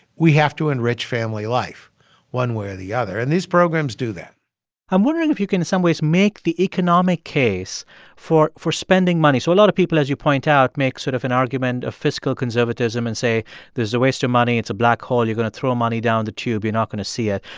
we have to enrich family life one way or the other. and these programs do that i'm wondering if you can in some ways make the economic case for spending spending money. so a lot of people, as you point out, make sort of an argument of fiscal conservatism and say this is a waste of money it's a black hole you're going to throw money down the tube you're not going to see it.